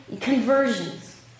conversions